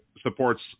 supports